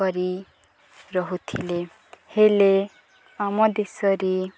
କରି ରହୁଥିଲେ ହେଲେ ଆମ ଦେଶରେ